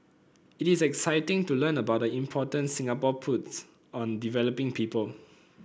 it is exciting to learn about the importance Singapore puts on developing people